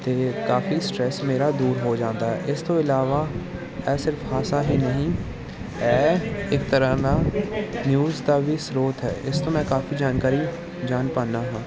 ਅਤੇ ਕਾਫੀ ਸਟਰੈਸ ਮੇਰਾ ਦੂਰ ਹੋ ਜਾਂਦਾ ਹੈ ਇਸ ਤੋਂ ਇਲਾਵਾ ਇਹ ਸਿਰਫ ਹਾਸਾ ਹੀ ਨਹੀਂ ਇਹ ਇੱਕ ਤਰ੍ਹਾਂ ਦਾ ਨਿਊਜ਼ ਦਾ ਵੀ ਸਰੋਤ ਹੈ ਇਸ ਤੋਂ ਮੈਂ ਕਾਫੀ ਜਾਣਕਾਰੀ ਜਾਣ ਪਾਉਂਦਾ ਹਾਂ